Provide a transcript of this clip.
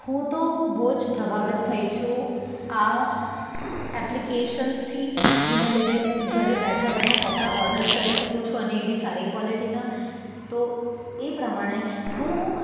હું તો બહુ જ પ્રભાવિત થઈ છું આ એપ્લિકેશન્સથી જેના લીધે હું ઘરે બેઠાં બેઠાં કપડાં ઓર્ડર્સ કરી શકું છું અને એ બી સારી ક્વૉલિટીનાં તો એ પ્રમાણે હું